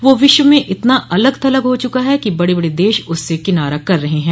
वह विश्व में इतना अलग थलग हो चुका है कि बड़े बड़े देश उससे किनारा कर रहे हैं